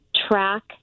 track